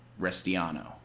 Restiano